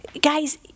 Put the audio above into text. Guys